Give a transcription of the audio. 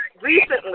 recently